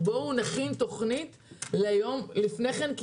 בואו נכין תוכנית ליום שלאחר מכן,